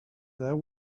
there